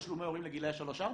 אישרו תשלומי הורים לגילאי 3-4?